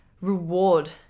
reward